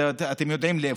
אתם יודעים לאיפה.